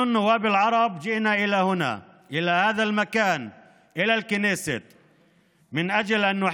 אנחנו, חברי הכנסת הערבים, באנו לפה,